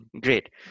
Great